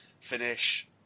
finish